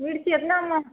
मिर्ची एतनामे